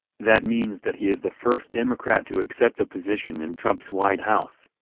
that means that he is the first democrat to accept a position in trumps white house!